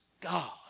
God